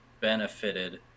benefited